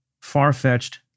far-fetched